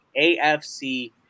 AFC